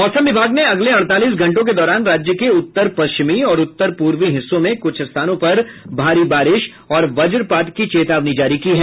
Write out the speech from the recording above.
मौसम विभाग ने अगले अड़तालीस घंटों के दौरान राज्य के उत्तर पश्चिमी और उत्तर पूर्वी हिस्सों में कुछ स्थानों पर भारी बारिश और वज्रपात की चेतावनी जारी की है